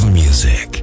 music